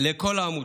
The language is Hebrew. לכל העמותות.